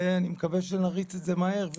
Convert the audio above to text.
אני מקווה שנריץ את זה מהר,